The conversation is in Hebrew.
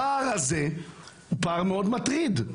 הפער הזה הוא פער מאוד מטריד.